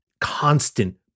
constant